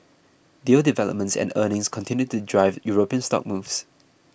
deal developments and earnings continued to drive European stock moves